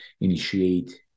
initiate